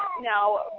Now